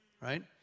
right